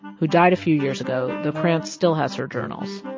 who died a few years ago, though kranz still has her journals.